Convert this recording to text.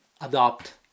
adopt